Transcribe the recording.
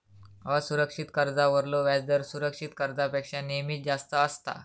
असुरक्षित कर्जावरलो व्याजदर सुरक्षित कर्जापेक्षा नेहमीच जास्त असता